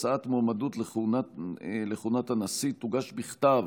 הצעת מועמדות לכהונת הנשיא תוגש בכתב